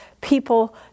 people